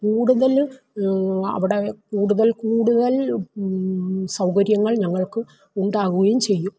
കൂടുതല് അവിടെ കൂടുതൽ കൂടുതൽ സൗകര്യങ്ങൾ ഞങ്ങൾക്ക് ഉണ്ടാവുകയും ചെയ്യും